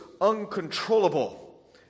uncontrollable